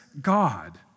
God